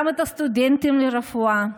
גם את הסטודנטים לרפואה,